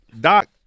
Doc